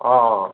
অ' অ'